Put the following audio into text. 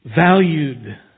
valued